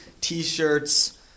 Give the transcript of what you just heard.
T-shirts